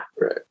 Right